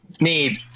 Need